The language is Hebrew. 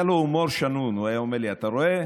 היה לו הומור שנון, והוא היה אומר לי: אתה רואה?